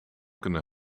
kunnen